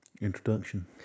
introduction